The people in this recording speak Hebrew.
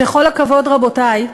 בכל הכבוד, רבותי,